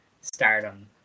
Stardom